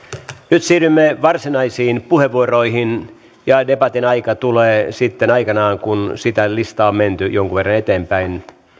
nyt siirrymme varsinaisiin puheenvuoroihin ja debatin aika tulee sitten aikanaan kun sitä listaa on menty jonkun verran eteenpäin